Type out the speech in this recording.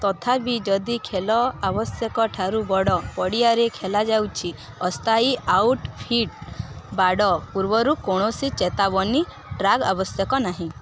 ତଥାପି ଯଦି ଖେଲ ଆବଶ୍ୟକଠାରୁ ବଡ଼ ପଡ଼ିଆରେ ଖେଲାଯାଉଛି ଅସ୍ଥାୟୀ ଆଉଟଫିଟ୍ ବାଡ଼ ପୂର୍ବରୁ କୌଣସି ଚେତାବନୀ ଟ୍ରାକ୍ ଆବଶ୍ୟକ ନାହିଁ